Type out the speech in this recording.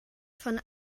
von